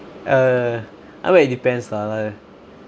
uh I mean it depends lah like